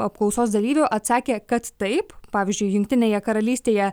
apklausos dalyvių atsakė kad taip pavyzdžiui jungtinėje karalystėje